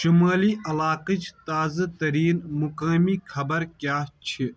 شُمٲلی علاقٕچ تازٕ تٔریٖن مُقٲمی خبر کیاہ چھِ